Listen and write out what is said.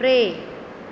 टे